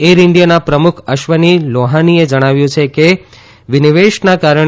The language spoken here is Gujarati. એર ઈન્ડિયાના પ્રમુખ અશ્વની લોફાનીએ જણાવ્યું છે કે વિનિવેસના કારણે